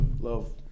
love